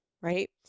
right